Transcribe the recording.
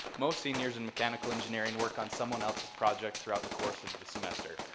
most seniors in mechanical engineering work on someone else's project throughout the course of the semester.